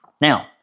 Now